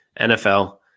NFL